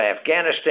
Afghanistan